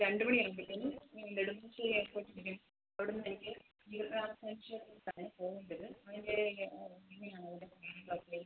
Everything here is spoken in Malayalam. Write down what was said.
രണ്ട് മണി കഴിയുമ്പത്തേന് നെടുമ്പാശ്ശേരി എയർപോട്ടില് അവിടെ നിന്നെനിക്ക് തീർത്ഥാടനത്തിന് പോകുമ്പോഴ്